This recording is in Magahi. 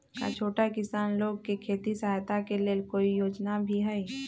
का छोटा किसान लोग के खेती सहायता के लेंल कोई योजना भी हई?